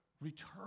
return